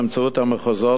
באמצעות המחוזות,